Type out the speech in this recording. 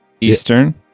Eastern